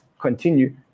continue